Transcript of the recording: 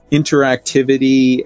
interactivity